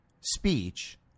speech